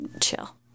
chill